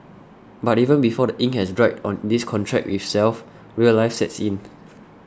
but even before the ink has dried on this contract with self real life sets in